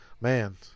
man